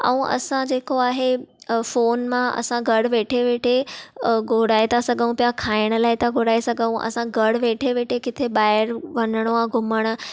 ऐं असां जेको आहे फोन मां असां घरु वेठे वेठे घुराए था सघूं पिया खाइण लाइ था घुराए सघूं असां घर वेठे वेठे किथे ॿाहिरि वञणु आहे घुमणु